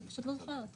אני פשוט לא זוכרת.